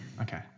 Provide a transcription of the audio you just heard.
Okay